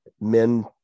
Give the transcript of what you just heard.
men